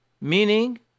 Meaning